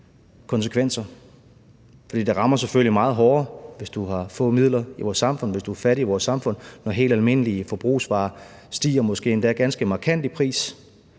konsekvenser. Det rammer selvfølgelig meget hårdere, hvis du har få midler i vores samfund, hvis du er fattig i vores samfund, når helt almindelige forbrugsvarer stiger måske endda ganske markant i pris.